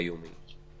היומי.